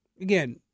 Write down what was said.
Again